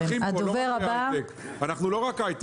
יש פה גם את ענף המוסכים, זה לא רק ההייטק.